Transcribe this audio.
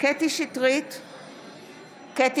קטי קטרין שטרית,